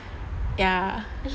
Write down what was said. ya